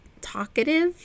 talkative